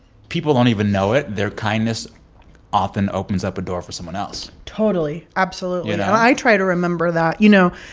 people don't even know it. their kindness often opens up a door for someone else totally. absolutely and i try to remember that. you know,